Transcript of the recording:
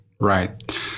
Right